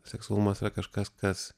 seksualumas yra kažkas kas